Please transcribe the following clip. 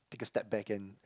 take a step back and